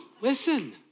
Listen